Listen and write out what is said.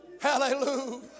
hallelujah